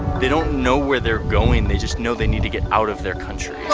they don't know where they're going. they just know they need to get out of their country.